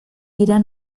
wieder